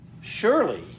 surely